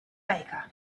baker